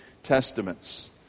Testaments